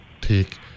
take